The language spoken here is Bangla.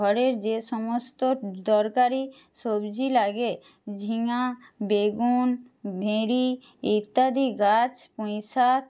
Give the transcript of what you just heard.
ঘরের যে সমস্ত দরকারি সবজি লাগে ঝিঙা বেগুন ভেড়ি ইত্যাদি গাছ পুঁইশাক